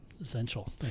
essential